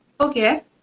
Okay